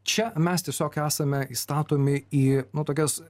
čia mes tiesiog esame įstatomi į nu tokias